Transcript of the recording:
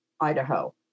Idaho